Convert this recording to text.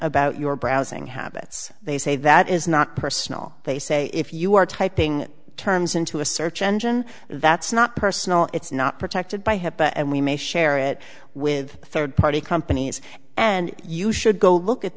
about your browsing habits they say that is not personal they say if you are typing terms into a search engine that's not personal it's not protected by hipaa and we may share it with third party companies and you should go look at